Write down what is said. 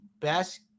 best